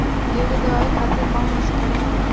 गेहूँ के दवावे खातिर कउन मशीन बढ़िया होला?